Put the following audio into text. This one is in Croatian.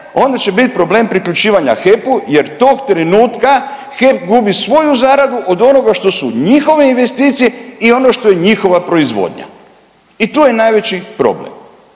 onda će biti problem priključivanja HEP-u jer tog trenutka HEP gubi svoju zaradu od onoga što su njihove investicije i ono što je njihova proizvodnja. I tu je najveći problem.